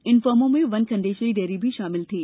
इन फर्मो में वनखंडेश्वरी डेयरी भी शामिल थी